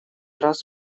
раз